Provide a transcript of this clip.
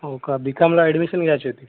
हो का बी कामला ॲडमिशन घ्यायची होती